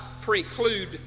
preclude